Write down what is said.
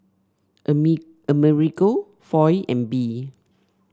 Amerigo Foy and Bee